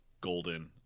golden